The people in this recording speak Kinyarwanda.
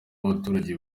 abaturage